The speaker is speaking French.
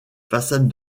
façades